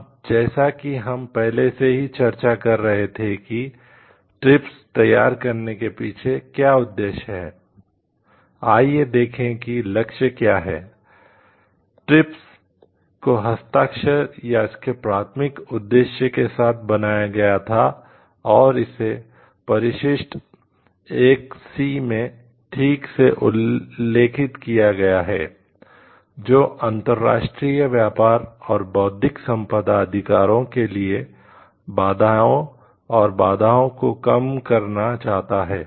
अब जैसा कि हम पहले से ही चर्चा कर रहे थे कि ट्रिप्स को हस्ताक्षर या इसके प्राथमिक उद्देश्य के साथ बनाया गया था और इसे परिशिष्ट 1 C में ठीक से उल्लिखित किया गया है जो अंतर्राष्ट्रीय व्यापार और बौद्धिक संपदा अधिकारों के लिए बाधाओं और बाधाओं को कम करना चाहता है